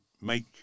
make